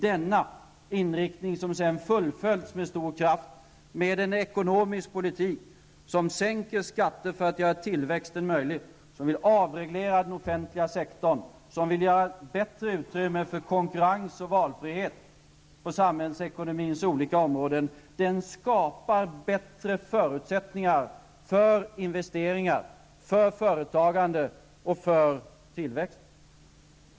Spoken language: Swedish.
Denna inriktning som sedan fullföljdes med stor kraft med en ekonomisk politik som sänker skatter för att göra tillväxt möjlig, som vill avreglera den offentliga sektorn och som ger bättre utrymme för konkurrens och valfrihet på samhällsekonomins olika områden skapar bättre förutsättningar för investeringar, för företagande och för tillväxt.